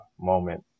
moment